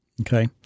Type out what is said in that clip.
Okay